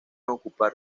ocupar